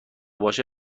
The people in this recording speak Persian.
باشه